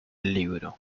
libro